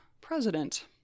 president